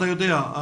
אתה יודע,